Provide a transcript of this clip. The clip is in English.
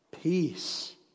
peace